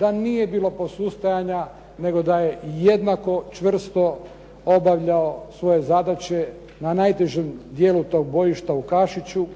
da nije bilo posustajanja nego da je jednako čvrsto obavljao svoje zadaće na najtežem dijelu tog bojišta u Kašiću